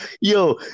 Yo